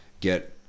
get